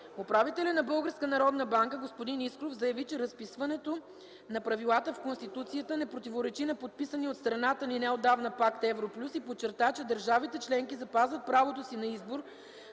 народна банка господин Искров заяви, че разписването на правилата в Конституцията не противоречи на подписания от страната ни неотдавна пакт „Евро плюс” и подчерта, че „държавите – членки запазват правото си на избор